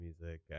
music